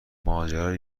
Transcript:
ماجرای